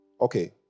okay